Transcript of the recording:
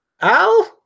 Al